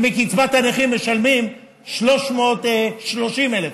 וקצבת הנכים משלמים ל-30,000 איש.